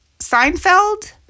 Seinfeld